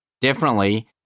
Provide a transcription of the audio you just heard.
differently